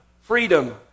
Freedom